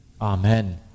Amen